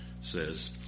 says